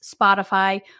Spotify